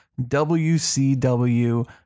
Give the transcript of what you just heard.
wcw